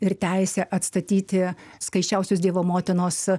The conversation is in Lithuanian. ir teisę atstatyti skaisčiausios dievo motinos